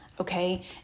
okay